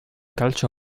calcio